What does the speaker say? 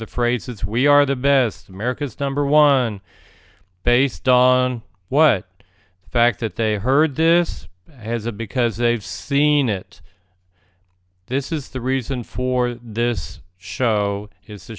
the phrases we are the best america's number one based on what fact that they heard this has a because they've seen it this is the reason for this show is t